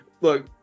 Look